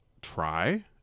try